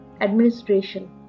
administration